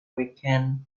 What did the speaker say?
weekend